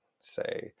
say